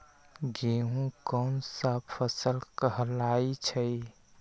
गेहूँ कोन सा फसल कहलाई छई?